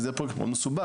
כי זה פרויקט מאוד מסובך,